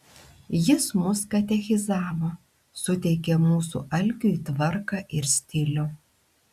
jis mus katechizavo suteikė mūsų alkiui tvarką ir stilių